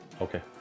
Okay